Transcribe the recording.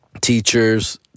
teachers